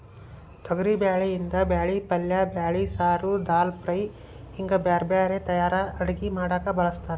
ತೊಗರಿಬ್ಯಾಳಿಯಿಂದ ಬ್ಯಾಳಿ ಪಲ್ಲೆ ಬ್ಯಾಳಿ ಸಾರು, ದಾಲ್ ಫ್ರೈ, ಹಿಂಗ್ ಬ್ಯಾರ್ಬ್ಯಾರೇ ತರಾ ಅಡಗಿ ಮಾಡಾಕ ಬಳಸ್ತಾರ